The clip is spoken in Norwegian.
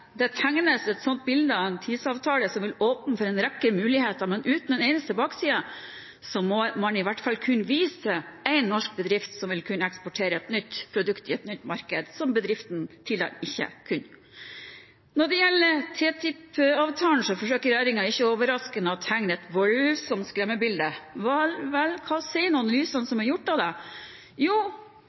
det tegnes et sånt bilde av en TISA-avtale som vil åpne for en rekke muligheter, men uten en eneste bakside, må man i hvert fall kunne vise til én norsk bedrift som vil kunne eksportere et nytt produkt i et nytt marked som bedriften tidligere ikke kunne. Når det gjelder TTIP-avtalen, forsøker regjeringen – ikke overraskende – å tegne et voldsomt skremmebilde. Vel, hva sier så analysene som er gjort av dette? Jo,